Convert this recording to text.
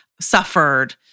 suffered